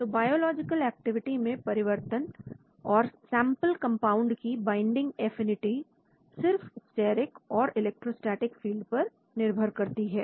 तो biological activity मैं परिवर्तन और सैंपल कंपाउंड की बाइंडिंग एफिनिटी सिर्फ स्टेरिक और इलेक्ट्रोस्टेटिक फील्ड पर निर्भर करती है